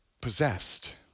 possessed